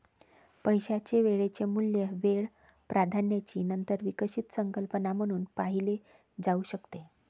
पैशाचे वेळेचे मूल्य वेळ प्राधान्याची नंतर विकसित संकल्पना म्हणून पाहिले जाऊ शकते